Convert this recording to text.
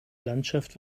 landschaft